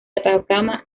atacama